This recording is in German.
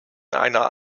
einer